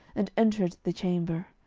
and entered the chamber.